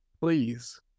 Please